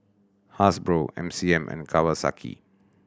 Hasbro M C M and Kawasaki